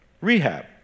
Rehab